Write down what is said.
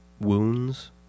wounds